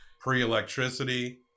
pre-electricity